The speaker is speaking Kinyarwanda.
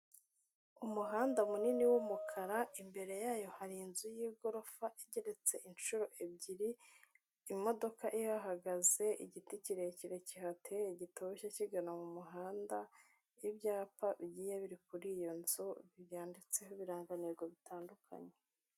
Umuhanda munini w'umukara, imbere yayo hari inzu y'igorofa igereretse inshuro ebyiri, imodoka ihahagaze, igiti kirekire kihateye gitoshye kigana mu muhanda, ibyapa bigiye biri kuri iyo nzu byanditseho ibirangantego bitandukanye.